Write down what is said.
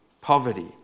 poverty